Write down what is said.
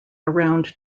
around